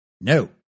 No